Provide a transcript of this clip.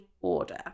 order